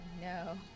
no